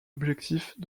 objectifs